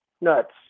nuts